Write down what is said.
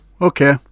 okay